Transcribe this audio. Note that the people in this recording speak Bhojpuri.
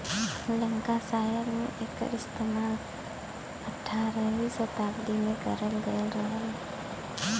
लंकासायर में एकर इस्तेमाल अठारहवीं सताब्दी में करल गयल रहल